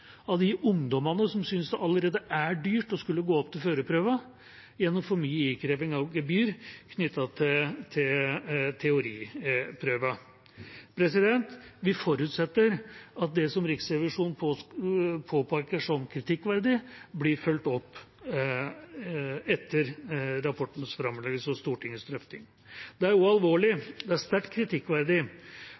av de ungdommene som synes det allerede er dyrt å skulle gå opp til førerprøven, gjennom for mye innkreving av gebyr knyttet til teoriprøven. Vi forutsetter at det som Riksrevisjonen påpeker som kritikkverdig, blir fulgt opp etter rapportens framleggelse og Stortingets drøfting. Det er også alvorlig, det er sterkt kritikkverdig,